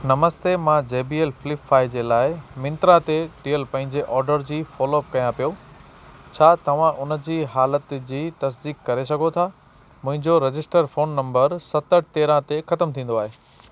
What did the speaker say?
नमस्ते मां J B L flip five जे लाइ मिंत्रा ते ॾियल पहिंजे ऑडर जी फॉलो अप कयां पियो छा तव्हां उन जी हालति जी तसदीक करे सघो था मुंहिंजो रजिस्टर्ड फ़ोन नंबर सतहठि तेरहं ते ख़त्मु थींदो आहे